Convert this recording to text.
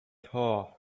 thought